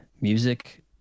music